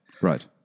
Right